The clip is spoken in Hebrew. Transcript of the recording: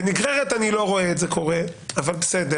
בנגררת אני לא רואה את זה קורה, אבל בסדר.